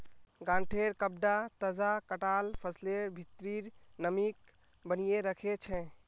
गांठेंर कपडा तजा कटाल फसलेर भित्रीर नमीक बनयें रखे छै